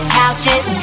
couches